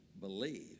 Believe